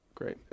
Great